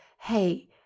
Hey